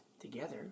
together